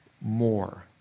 more